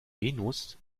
venus